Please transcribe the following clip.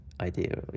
idea